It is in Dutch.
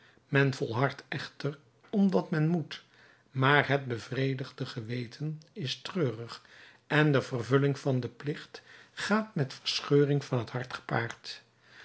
men volhardt echter omdat men moet maar het bevredigde geweten is treurig en de vervulling van den plicht gaat met verscheuring van t hart gepaard